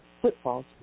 footfalls